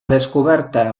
descoberta